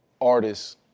Artists